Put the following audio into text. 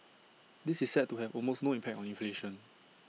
this is set to have almost no impact on inflation